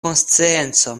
konscienco